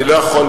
אני לא יכול.